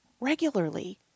regularly